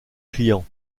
clients